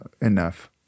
enough